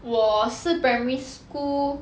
我是 primary school